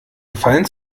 gefallen